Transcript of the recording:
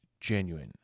genuine